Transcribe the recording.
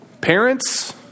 parents